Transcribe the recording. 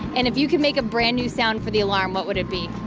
and if you could make a brand-new sound for the alarm, what would it be?